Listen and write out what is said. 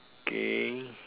okay